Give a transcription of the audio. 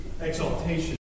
exaltation